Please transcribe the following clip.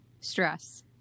stress